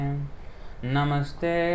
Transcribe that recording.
Namaste